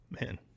man